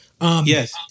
yes